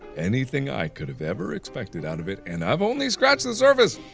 anything i could have ever expected out of it and i've only scratched the surface.